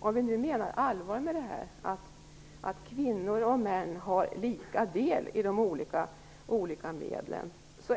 Om vi menar allvar med att kvinnor och män har lika del i de olika medlen så